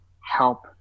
help